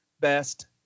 best